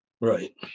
right